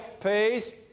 peace